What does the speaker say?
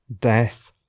death